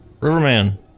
Riverman